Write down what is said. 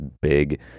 big